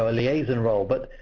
ah liaison role. but